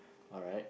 alright